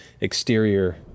exterior